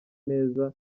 neza